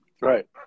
right